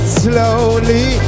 slowly